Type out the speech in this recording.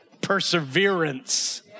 perseverance